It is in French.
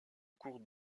cours